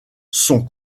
sont